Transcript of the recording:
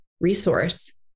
resource